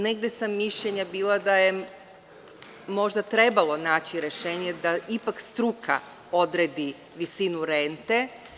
Negde sam mišljenja bila da je možda trebalo naći rešenje da ipak struka odredi visinu rente.